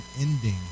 ending